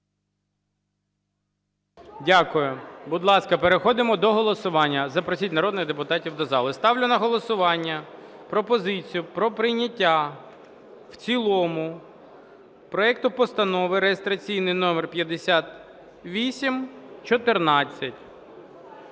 Дякую. Будь ласка, переходимо до голосування. Запросіть народних депутатів до зали. Ставлю на голосування пропозицію про прийняття в цілому проекту Постанови (реєстраційний номер 5814)